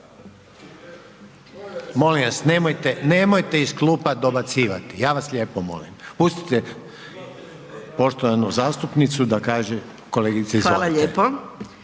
Molim vas nemojte iz klupa dobacivati, ja vas lijepo molim. Pustite poštovanu zastupnicu da kaže, kolegice izvolite./ … Hvala lijepo.